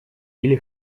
или